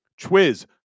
Twiz